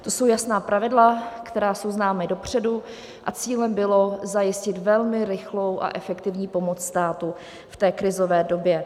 To jsou jasná pravidla, která jsou známá dopředu, a cílem bylo zajistit velmi rychlou a efektivní pomoc státu v krizové době.